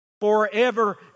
forever